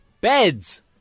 Beds